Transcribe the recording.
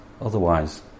Otherwise